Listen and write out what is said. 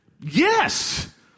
Yes